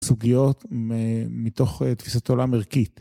סוגיות מתוך תפיסת עולם ערכית.